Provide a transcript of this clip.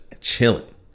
chilling